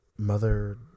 Mother